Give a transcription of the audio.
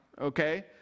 okay